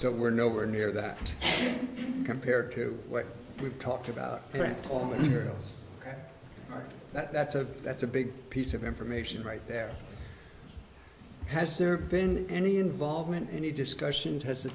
so we're nowhere near that compared to what we've talked about iran on here that's a that's a big piece of information right there has there been any involvement in any discussions has the